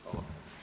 Hvala.